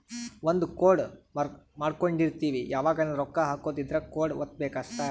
ಒಂದ ಕೋಡ್ ಮಾಡ್ಕೊಂಡಿರ್ತಿವಿ ಯಾವಗನ ರೊಕ್ಕ ಹಕೊದ್ ಇದ್ರ ಕೋಡ್ ವತ್ತಬೆಕ್ ಅಷ್ಟ